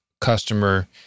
customer